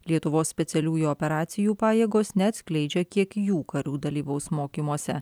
lietuvos specialiųjų operacijų pajėgos neatskleidžia kiek jų karių dalyvaus mokymuose